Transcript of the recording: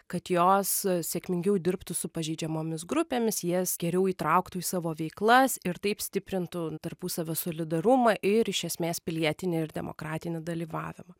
kad jos sėkmingiau dirbtų su pažeidžiamomis grupėmis jas geriau įtrauktų į savo veiklas ir taip stiprintų tarpusavio solidarumą ir iš esmės pilietinį ir demokratinį dalyvavimą